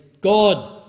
God